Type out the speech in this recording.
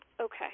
Okay